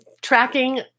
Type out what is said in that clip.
tracking